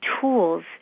tools